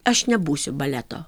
aš nebūsiu baleto